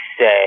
say